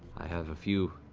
i have a few